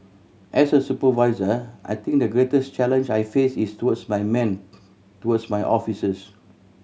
as a supervisor I think the greatest challenge I face is towards my men towards my officers